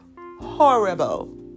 horrible